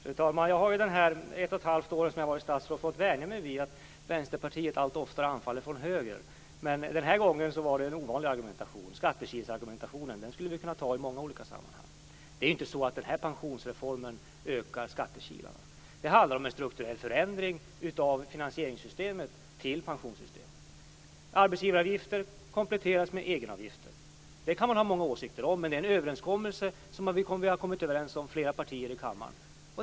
Fru talman! Jag har under ett och ett halvt år som statsråd fått vänja mig vid att Vänsterpartiet allt oftare anfaller från höger men den här gången var det en ovanlig argumentation. Skattekilsargumentationen skulle vi kunna ta i många olika sammanhang. Det är inte så att den här pensionsreformen ökar skattekilarna. Det handlar om en strukturell förändring av finansieringssystemet i förhållande till pensionssystemet. Arbetsgivaravgifter kompletteras med egenavgifter. Det kan man ha många åsikter om men det är en överenskommelse som flera partier i denna kammare har kommit överens om.